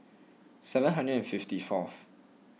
seven hundred and fifty fourth